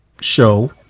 show